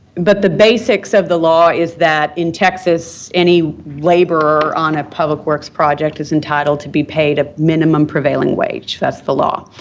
but the basics of the law is that, in texas, any laborer on a public works project is entitled to be paid a minimum prevailing wage. that's the law.